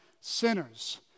sinners